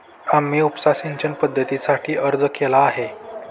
आम्ही उपसा सिंचन पद्धतीसाठी अर्ज केला आहे